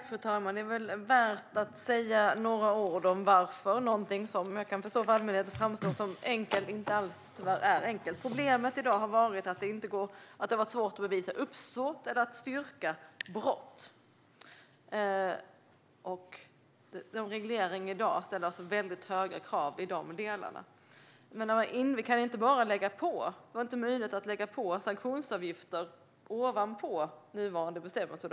Fru talman! Det är väl värt att säga några ord om varför någonting som för allmänheten framstår som enkelt tyvärr inte alls är enkelt. Problemet har varit att det har varit svårt att bevisa uppsåt eller att styrka brott. Dagens reglering ställer alltså väldigt höga krav i dessa delar. Det var inte möjligt att bara lägga på sanktionsavgifter ovanpå nuvarande bestämmelser.